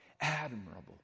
admirable